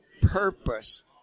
purpose